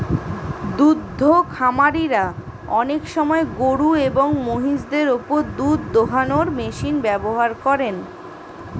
দুদ্ধ খামারিরা অনেক সময় গরুএবং মহিষদের ওপর দুধ দোহানোর মেশিন ব্যবহার করেন